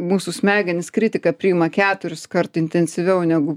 mūsų smegenys kritiką priima keturiskart intensyviau negu